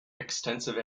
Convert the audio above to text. extensive